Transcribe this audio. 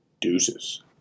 Deuces